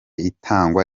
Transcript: itangwa